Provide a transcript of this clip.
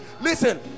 Listen